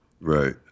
Right